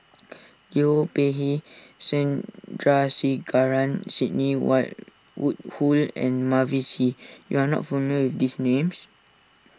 Liu Peihe Sandrasegaran Sidney Woodhull and Mavis Hee you are not familiar with these names